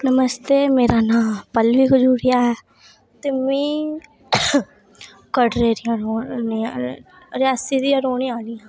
नमस्ते मेरा नांऽ पल्लवी खजूरिया ऐ ते में कटरे दी रियासी दी रौह्नें आह्ली आं